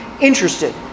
interested